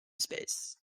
space